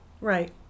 Right